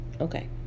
okay